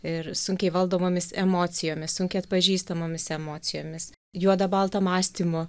ir sunkiai valdomomis emocijomis sunkiai atpažįstamomis emocijomis juoda balta mąstymu